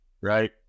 right